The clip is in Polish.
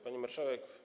Pani Marszałek!